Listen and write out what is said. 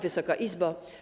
Wysoka Izbo!